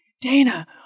Dana